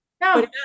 No